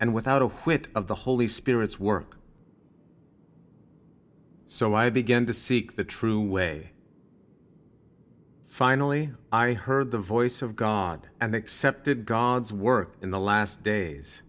and without a whit of the holy spirit's work so i began to seek the true way finally i heard the voice of god and accepted god's work in the last days